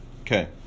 Okay